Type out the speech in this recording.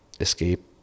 escape